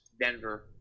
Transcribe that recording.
Denver